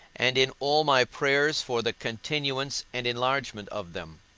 and in all my prayers for the continuance and enlargement of them.